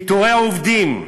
פיטורי עובדים,